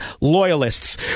loyalists